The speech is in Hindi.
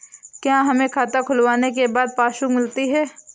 क्या हमें खाता खुलवाने के बाद पासबुक मिलती है?